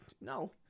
No